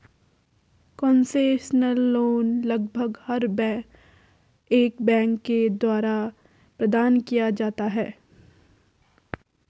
concessional loan लगभग हर एक बैंक के द्वारा प्रदान किया जाता है